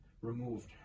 removed